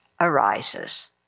arises